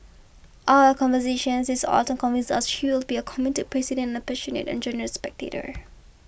our conversations this autumn convince us she will be a committed president and passionate and generous spectator